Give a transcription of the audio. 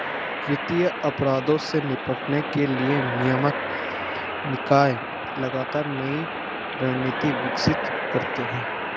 वित्तीय अपराधों से निपटने के लिए नियामक निकाय लगातार नई रणनीति विकसित करते हैं